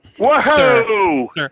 Whoa